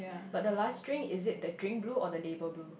but the last drink is it the drink blue or the label blue